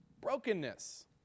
Brokenness